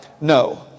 No